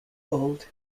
old